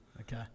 Okay